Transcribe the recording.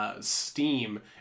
Steam